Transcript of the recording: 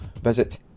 visit